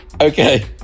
okay